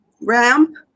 Ramp